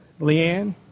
Leanne